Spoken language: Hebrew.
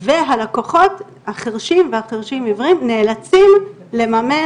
והלקוחות החרשים והחרשים עיוורים נאלצים לממן